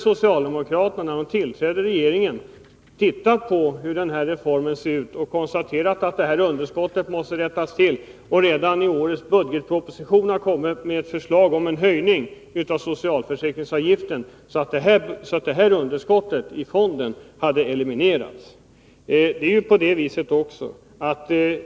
Socialdemokraterna borde när de tillträdde regeringen ha tittat på läget för reformen, konstaterat att underskottet måste rättas till och redan i årets budgetproposition framlagt förslag om en höjning av socialförsäkringsavgiften så att underskottet i fonden hade eliminerats.